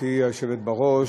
גברתי היושבת בראש,